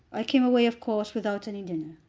i came away, of course, without any dinner.